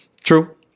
True